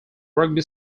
rugby